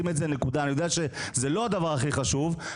אני יודע שזה לא הדבר הכי חשוב,